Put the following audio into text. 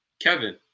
Kevin